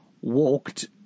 walked